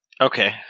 Okay